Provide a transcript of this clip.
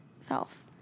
self